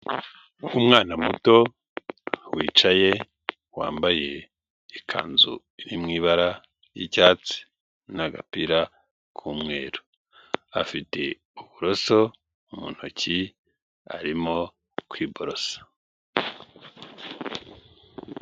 Umwana muto wicaye wambaye ikanzu iri mu ibara ry'icyatsi n'agapira k'umweru, afite uburoso mu ntoki arimo kwiborosa.